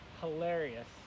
hilarious